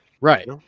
Right